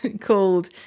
called